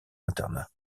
internat